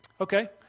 Okay